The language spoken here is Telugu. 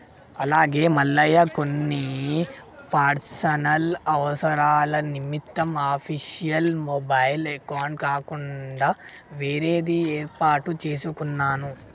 అలాగే మల్లయ్య కొన్ని పర్సనల్ అవసరాల నిమిత్తం అఫీషియల్ మొబైల్ అకౌంట్ కాకుండా వేరేది ఏర్పాటు చేసుకున్నాను